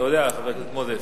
אתה יודע, חבר הכנסת מוזס.